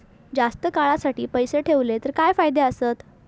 जास्त काळासाठी पैसे ठेवले तर काय फायदे आसत?